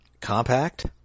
Compact